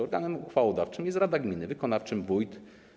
Organem uchwałodawczym jest rada gminy, wykonawczym - wójt.